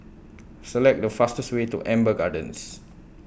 Select The fastest Way to Amber Gardens